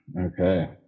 Okay